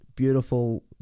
beautiful